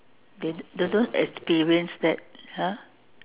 they they don't experience that ah